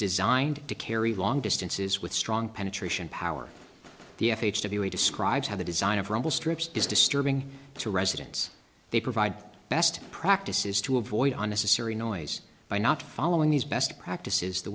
designed to carry long distances with strong penetration power the f h to the way describes how the design of rumble strips is disturbing to residents they provide best practices to avoid unnecessary noise by not following these best practices the